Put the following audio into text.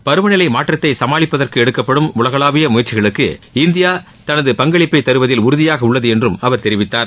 பருவநிலை மாற்றத்தை சமாளிப்பதற்கு எடுக்கப்படும் உலகளாவிய முயற்சிகளுக்கு இந்தியா தனது பங்களிப்பை தருவதில் உறுதியாக உள்ளது என்றும் அவர் தெரிவித்தார்